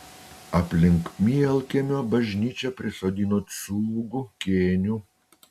aplink mielkiemio bažnyčią prisodino cūgų kėnių